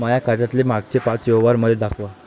माया खात्यातले मागचे पाच व्यवहार मले दाखवा